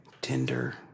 Tinder